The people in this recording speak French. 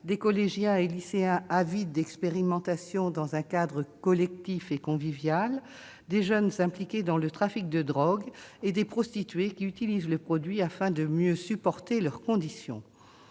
des collégiens et lycéens avides d'expérimentations dans un cadre collectif et « convivial », des jeunes impliqués dans le trafic de drogue et des prostituées qui l'utilisent pour mieux supporter leur condition.